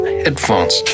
headphones